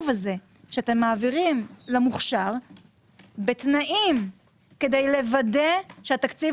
הזה שאתם מעבירים למוכשר בתנאים כדי לוודא שהתקציב